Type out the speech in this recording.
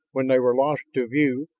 when they were lost to view,